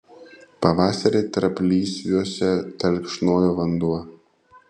pavasarį tarplysviuose telkšnojo vanduo